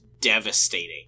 devastating